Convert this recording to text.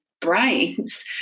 brains